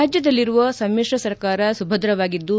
ರಾಜ್ಯದಲ್ಲಿರುವ ಸಮಿಶ್ರ ಸರ್ಕಾರ ಸುಭದ್ರವಾಗಿದ್ದು